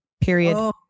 period